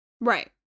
Right